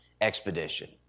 expedition